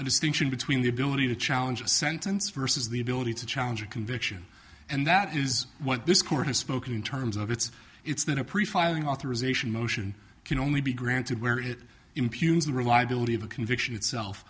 a distinction between the ability to challenge a sentence versus the ability to challenge a conviction and that is what this court has spoken in terms of it's it's not a pre filing authorization motion can only be granted where it impugns the reliability of a conviction itself